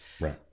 Right